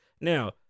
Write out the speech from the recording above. Now